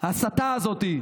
בהסתה הזאת,